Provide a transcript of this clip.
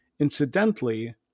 incidentally